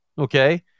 Okay